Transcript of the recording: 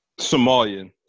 Somalian